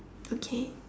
okay